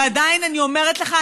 ועדיין אני אומרת לך,